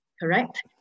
Correct